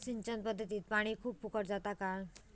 सिंचन पध्दतीत पानी खूप फुकट जाता काय?